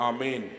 Amen